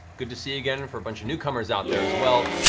good to see you again for a bunch of newcomers out there as well,